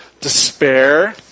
Despair